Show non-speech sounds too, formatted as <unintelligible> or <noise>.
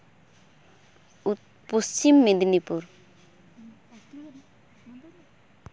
<unintelligible> Paschim Medinipur